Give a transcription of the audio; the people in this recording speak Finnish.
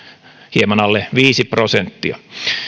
hieman alle viisi prosenttia